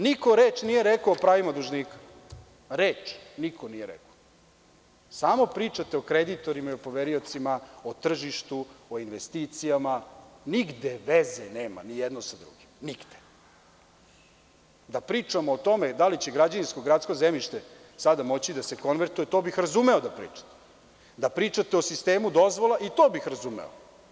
Niko reč nije rekao o pravima dužnika, reč niko nije rekao, samo pričate o kreditorima i poveriocima, o tržištu i investicijama i nigde veze nema ni jedno sa drugim, nigde, da pričamo o tome da li će građevinsko – gradsko zemljište sada moći da se konvertuje, to bih razumeo da pričate, da pričate o sistemu dozvola, i to bih razumeo.